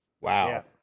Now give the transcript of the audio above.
Wow